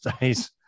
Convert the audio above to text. days